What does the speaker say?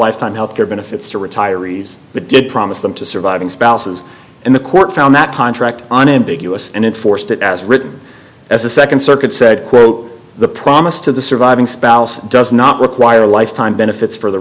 lifetime health care benefits to retirees but did promise them to surviving spouses and the court found that contract unambiguous and enforced it as written as the second circuit said the promise to the surviving spouse does not require lifetime benefits for the